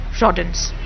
rodents